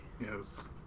Yes